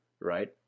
right